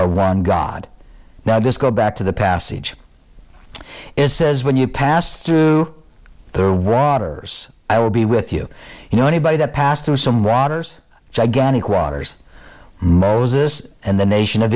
around god now this go back to the passage is says when you pass through the rod or i will be with you you know anybody that passed through some waters gigantic waters moses and the nation of